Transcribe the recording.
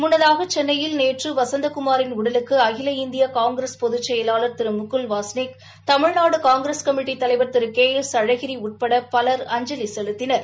முன்னதாக சென்னையில் நேற்று வசந்தகுமாரின் உடலுக்கு அகில இந்திய காங்கிரஸ் பொதுச்செயலாளர் திரு முகுல் வாஸ்னிக் தமிழ்நாடு காங்கிரஸ் கமிட்டி தலைவர் திரு கே எஸ் அழகிரி உப்பட பலர் அஞ்சலி செலுத்தினர்